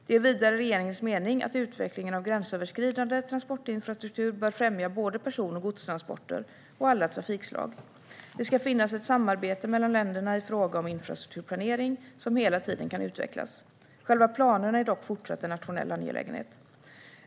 Det är vidare regeringens mening att utvecklingen av gränsöverskridande transportinfrastruktur bör främja både person och godstransporter och alla trafikslag. Det ska finnas ett samarbete mellan länderna i fråga om infrastrukturplanering som hela tiden kan utvecklas. Själva planerna är dock även fortsättningsvis en nationell angelägenhet.